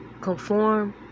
Conform